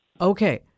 Okay